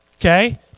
okay